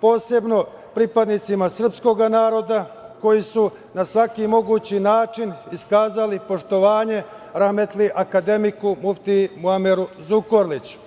posebno pripadnicima srpskog naroda koji su na svaki mogući način iskazali poštovanje rahmetli akademiku muftiji Muameru Zukorliću.